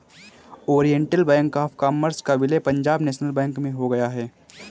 Oriental Bank of Commerce का विलय Punjab National Bank में हो गया है